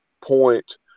point